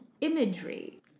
imagery